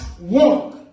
walk